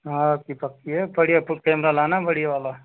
हाँ आपकी पक्की है बढ़िया खूब कैमरा लाना बढ़िया वाला